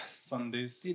Sundays